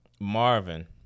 Marvin